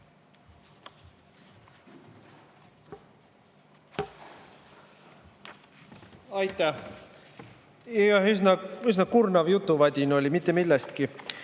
Aitäh! Üsna kurnav jutuvadin oli mitte millestki.